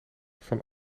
van